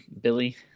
Billy